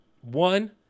One